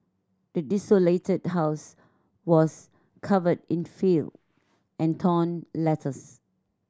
the desolated house was covered in filth and torn letters